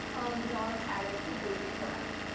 the dogs had it completely correct.